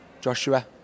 Joshua